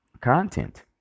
content